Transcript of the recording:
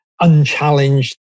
unchallenged